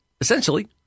essentially